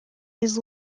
his